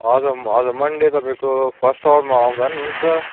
हजुर हजुर मन्डेको तपाईँको फर्स्ट आवरमा आउँदा पनि हुन्छ